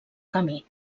camí